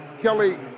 Kelly